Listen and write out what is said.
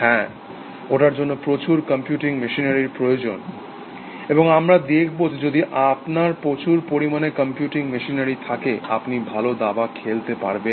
হ্যাঁ ওটার জন্য প্রচুর কম্পিউটিং মেশিনারির প্রয়োজন এবং আমরা দেখব যে যদি আপনার প্রচুর পরিমাণে কম্পিউটিং মেশিনারি থাকে আপনি ভালো দাবা খেলতে পারবেন